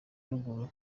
ruguru